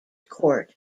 court